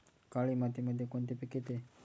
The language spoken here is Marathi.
काळी मातीमध्ये कोणते पिके येते?